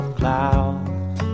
clouds